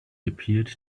appeared